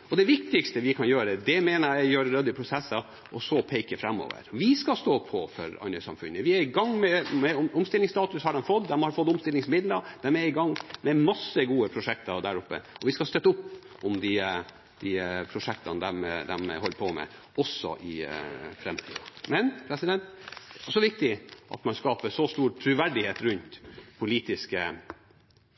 er i gang, omstillingsstatus har de fått, de har fått omstillingsmidler, de er i gang med masse gode prosjekter der oppe, og vi skal støtte opp om de prosjektene de holder på med, også i framtiden. Men det er også viktig at man skaper så stor troverdighet rundt politiske